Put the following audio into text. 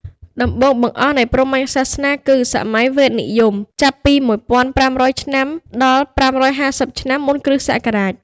ដំបូងបង្អស់នៃព្រហ្មញ្ញសាសនាគឺ សម័យវេទនិយម ចាប់ពី១៥០០ ឆ្នាំដល់ ៥៥០ ឆ្នាំមុនគ.ស។